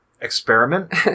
experiment